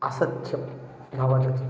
असत्यं न वदति